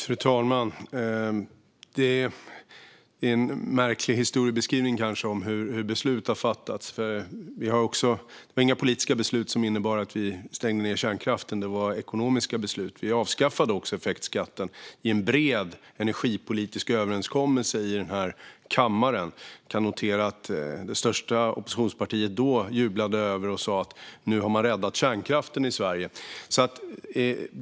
Fru talman! Det är en märklig historiebeskrivning här när det gäller hur beslut har fattats. Det var inga politiska beslut som innebar att vi stängde ned kärnkraften, utan det var ekonomiska beslut. Vi avskaffade också effektskatten i en bred energipolitisk överenskommelse i den här kammaren. Man kan notera att det största oppositionspartiet då jublade och sa att man hade räddat kärnkraften i Sverige.